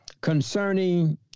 concerning